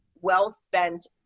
well-spent